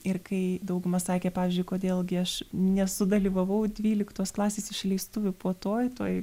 ir kai dauguma sakė pavyzdžiui kodėl gi aš nesudalyvavau dvyliktos klasės išleistuvių puotoj toj